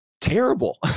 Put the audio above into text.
terrible